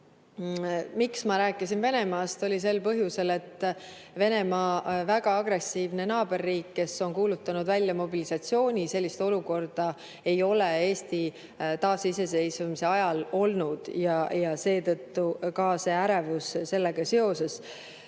Ma rääkisin Venemaast sel põhjusel, et Venemaa, väga agressiivne naaberriik, on kuulutanud välja mobilisatsiooni. Sellist olukorda ei ole Eesti taasiseseisvuse ajal olnud. Seetõttu ka see ärevus sellega seoses.